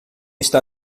está